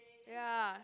ya